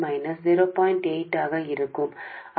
8 గా ఉంటుంది ఇది రెండు పాయింట్ల రెండు వోల్ట్లు